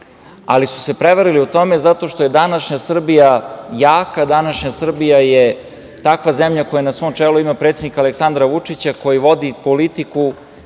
ali su se prevarili u tome zato što je današnja Srbija jaka. Današnja Srbija je takva zemlja koja na svom čelu predsednika Aleksandra Vučića koji vodi politiku